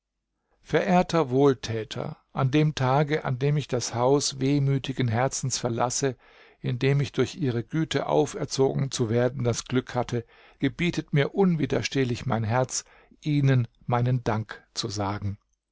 verehrter wohltäter an dem tage an dem ich das haus wehmütigen herzens verlasse in dem ich durch ihre güte auferzogen zu werden das glück hatte gebietet mir unwiderstehlich mein herz ihnen meinen dank zu sagen